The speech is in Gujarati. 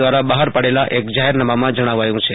દવારા બહાર પાડેલા જાહેરનામામાં જણાવાયું છે